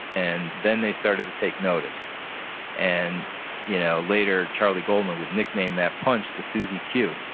and then they started to take notice and you know later, charley goldman would nickname that punch the susie q.